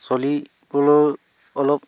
চলিবলৈও অলপ